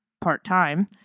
part-time